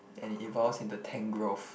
and it evolves into Tangrowth